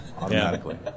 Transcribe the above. automatically